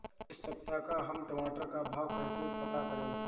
इस सप्ताह का हम टमाटर का भाव कैसे पता करें?